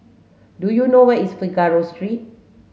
do you know where is Figaro Street